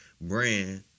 brand